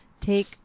take